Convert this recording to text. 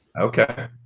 Okay